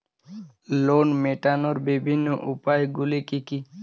Loan মেটানোর বিভিন্ন উপায়গুলি কী কী?